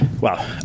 Wow